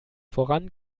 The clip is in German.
voran